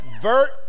Vert